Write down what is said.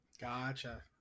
Gotcha